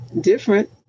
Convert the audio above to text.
different